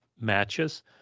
matches